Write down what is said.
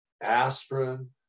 aspirin